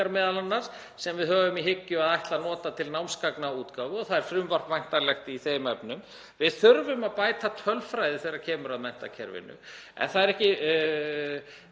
sem við höfum í hyggju að nota til námsgagnaútgáfu og frumvarp er væntanlegt í þeim efnum. Við þurfum að bæta tölfræði þegar kemur að menntakerfinu. Við þurfum